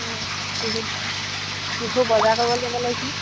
অঁ বিহু বিহু বজাৰ কৰিবলৈ যাব লাগিছিলে